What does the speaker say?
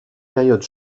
périodes